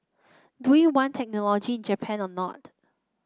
do we want technology in Japan or not